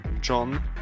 John